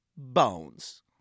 Bones